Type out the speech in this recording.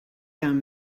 down